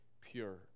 pure